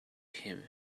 him